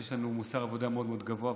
יש לנו מוסר עבודה מאוד מאוד גבוה,